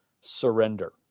surrender